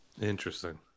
Interesting